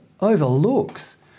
overlooks